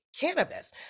cannabis